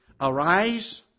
Arise